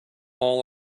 all